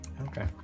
Okay